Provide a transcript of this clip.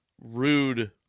rude